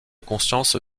conscience